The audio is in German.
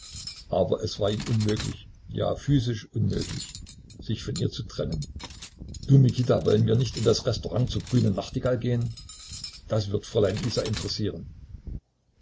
aber es war ihm unmöglich ja physisch unmöglich sich von ihr zu trennen du mikita wollen wir nicht in das restaurant zur grünen nachtigall gehen das wird fräulein isa interessieren